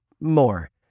more